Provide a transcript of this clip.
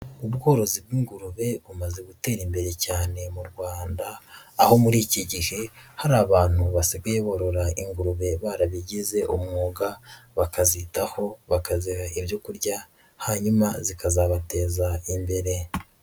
Ubworozi bw'ingurube bumaze gutera imbere cyane mu Rwanda, aho muri iki gihe hari abantu basigaye borora ingurube barabigize umwuga, bakazitaho, bakaziha ibyo kurya, hanyuma zikazabateza imbere.